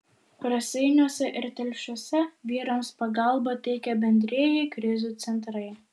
raseiniuose ir telšiuose vyrams pagalbą teikia bendrieji krizių centrai